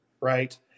Right